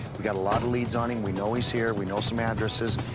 we've got a lot of leads on him. we know he's here. we know some addresses.